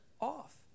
off